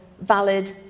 valid